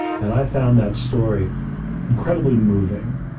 and i found that story incredibly moving.